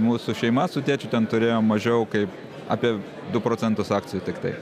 mūsų šeima su tėčiu ten turėjom mažiau kaip apie du procentus akcijų tiktai